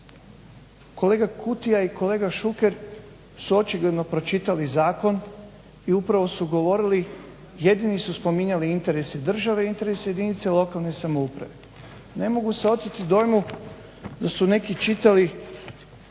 Kolega Kutija i Kolega Šuker su očigledno pročitali zakon i upravo su govorili, jedini su spominjali interese države i interese jedinice lokalne samouprave. Ne mogu se oteti dojmu da su neki čitali